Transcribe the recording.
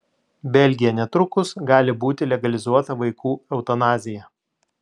belgija netrukus gali būti legalizuota vaikų eutanazija